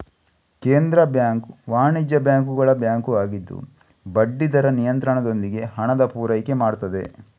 ಕೇಂದ್ರ ಬ್ಯಾಂಕು ವಾಣಿಜ್ಯ ಬ್ಯಾಂಕುಗಳ ಬ್ಯಾಂಕು ಆಗಿದ್ದು ಬಡ್ಡಿ ದರ ನಿಯಂತ್ರಣದೊಂದಿಗೆ ಹಣದ ಪೂರೈಕೆ ಮಾಡ್ತದೆ